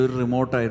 remote